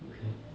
okay